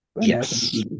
Yes